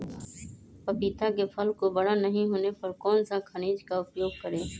पपीता के फल को बड़ा नहीं होने पर कौन सा खनिज का उपयोग करें?